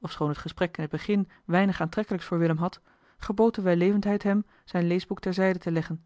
ofschoon het gesprek in het begin weinig aantrekkelijks voor willem had gebood de wellevendheid hem zijn leesboek ter zijde te leggen